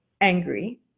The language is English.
angry